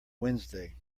wednesday